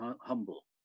humble